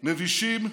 מבישים,